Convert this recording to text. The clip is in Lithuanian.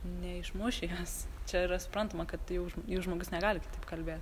neišmuši jos čia yra suprantama kad jau žm jau žmogus negali kalbėt